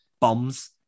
bombs